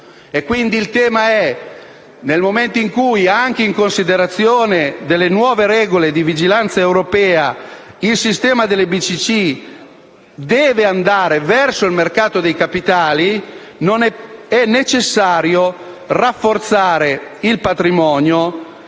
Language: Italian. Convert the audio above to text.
il tema è il seguente: nel momento in cui, anche in considerazione delle nuove regole di vigilanza europea, il sistema delle BCC deve andare verso il mercato dei capitali, è necessario rafforzare il patrimonio